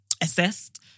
assessed